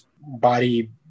body